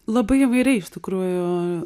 labai įvairiai iš tikrųjų